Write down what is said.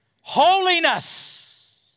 Holiness